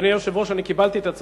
אדוני היושב-ראש, אני קיבלתי את עצתך,